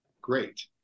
great